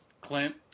Clint